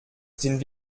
sind